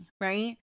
right